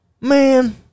man